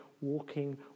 walking